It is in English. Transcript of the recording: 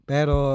Pero